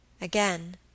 Again